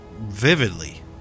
vividly